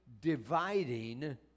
dividing